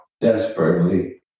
desperately